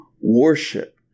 worship